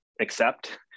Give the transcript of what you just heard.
accept